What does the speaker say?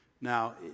Now